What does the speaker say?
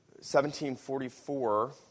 1744